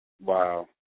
Wow